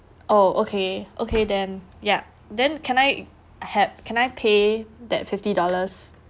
oh okay okay then ya then can I have can I pay that fifty dollars